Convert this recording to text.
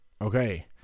Okay